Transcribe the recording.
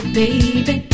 baby